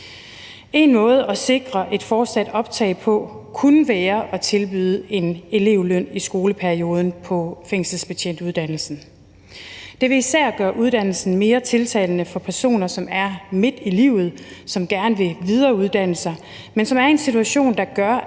En måde at sikre et fortsat optag på kunne være at tilbyde en elevløn i skoleperioden på fængselsbetjentuddannelsen. Det vil især gøre uddannelsen mere tiltalende for personer, som er midt i livet, som gerne vil videreuddanne sig, men som er i en situation, der gør,